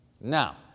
Now